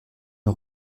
une